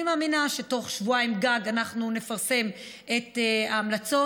אני מאמינה שבתוך שבועיים גג אנחנו נפרסם את ההמלצות,